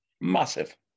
Massive